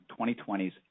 2020's